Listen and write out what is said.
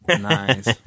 Nice